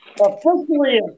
officially